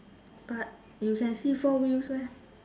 but you can see four wheels